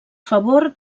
favor